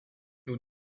nous